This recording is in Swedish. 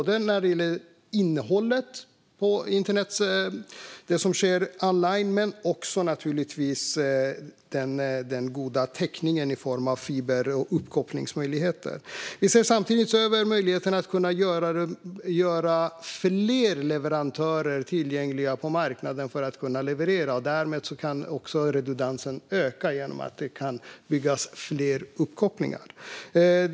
Det gäller innehållet på internet - det som sker online - men också den goda täckningen i form av fiber och uppkopplingsmöjligheter. Vi ser samtidigt över möjligheten att göra fler leverantörer tillgängliga på marknaden. Därmed kan också redundansen öka, genom att det kan byggas fler uppkopplingar.